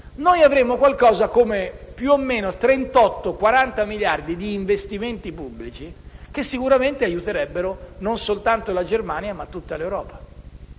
noi avremmo circa 38-40 miliardi di investimenti pubblici che sicuramente aiuterebbero non soltanto la Germania, ma tutta l'Europa.